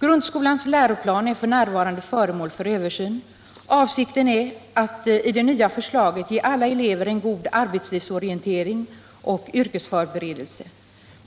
Grundskolans läroplan är f. n. föremål för översyn. Avsikten är enligt det nya förslaget att ge alla elever en god arbetslivsorientering och yrkesförberedelse.